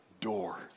door